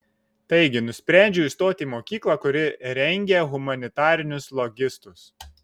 taigi nusprendžiau įstoti į mokyklą kuri rengia humanitarinius logistus